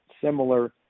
similar